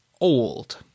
old